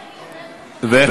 ברקו, ברקו.